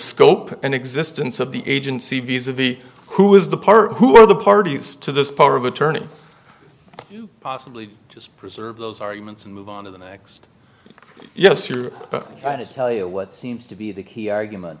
scope and existence of the agency visa v who is the party who are the parties to this power of attorney possibly just preserve those arguments and move on to the next yes you're trying to tell you what seems to be the key argument